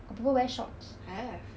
my body